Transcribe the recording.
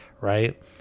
Right